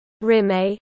Rime